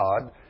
God